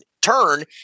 turn